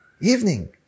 evening